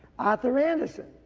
arthur anderson.